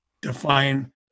define